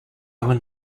want